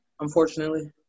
unfortunately